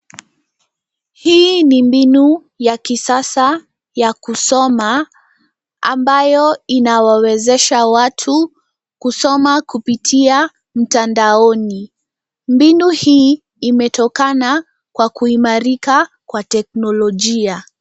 Hii ni mbinu ya kisasa ya kusoma ambayo inawawezesha watu kusoma kupitia mtandaoni. Mbinu hii imetokana kwa kuimarika kwa teknolojia.